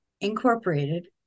Incorporated